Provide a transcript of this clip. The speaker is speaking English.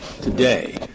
today